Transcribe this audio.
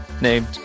named